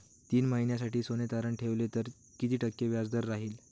तीन महिन्यासाठी सोने तारण ठेवले तर किती टक्के व्याजदर राहिल?